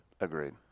Agreed